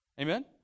Amen